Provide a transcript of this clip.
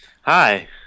Hi